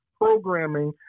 programming